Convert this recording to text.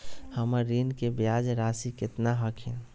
हमर ऋण के ब्याज रासी केतना हखिन?